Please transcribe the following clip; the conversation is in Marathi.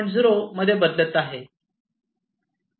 0 मध्ये बदलत आहे